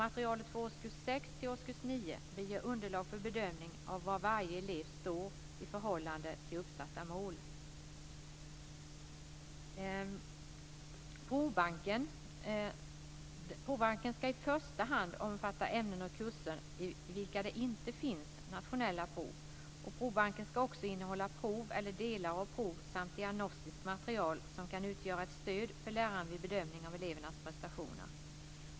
Materialet för årskurs 6 till årskurs 9 ger underlag för bedömning av var varje elev står i förhållande till uppsatta mål. Provbanken ska i första hand omfatta ämnen och kurser i vilka det inte finns nationella prov. Provbanken ska också innehålla prov eller delar av prov samt diagnostiskt material som kan utgöra ett stöd för läraren vid bedömning av elevernas prestationer.